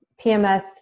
PMS